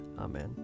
Amen